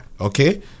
Okay